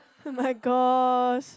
my gosh